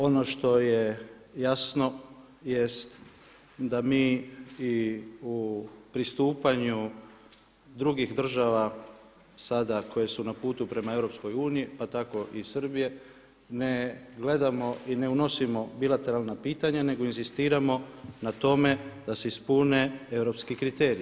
Ono što je jasno jest da mi i u pristupanju drugih država sada koje su na putu prema EU pa tako i Srbije, ne gledamo i ne unosimo bilateralna pitanja nego inzistiramo na tome da se ispune europski kriteriji.